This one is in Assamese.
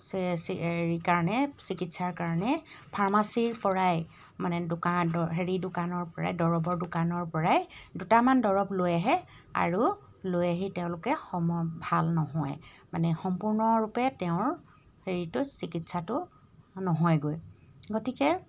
হেৰি কাৰণে চিকিৎসাৰ কাৰণে ফাৰ্মাচীৰপৰাই মানে দোকান হেৰি দোকানৰপৰাই দৰৱৰ দোকানৰপৰাই দুটামান দৰৱ লৈ আহে আৰু লৈ আহি তেওঁলোকে সম ভাল নহয় মানে সম্পূৰ্ণৰূপে তেওঁৰ হেৰিটো চিকিৎসাটো নহয়গৈ গতিকে